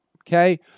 okay